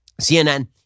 CNN